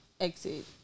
exit